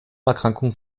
erkrankung